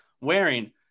wearing